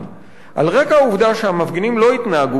על רקע העובדה שהמפגינים לא התנהגו באלימות